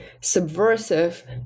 subversive